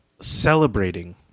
celebrating